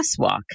crosswalk